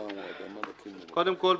קודם כל,